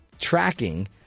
Tracking